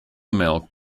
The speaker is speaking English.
milk